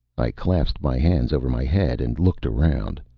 i clasped my hands over my head and looked around.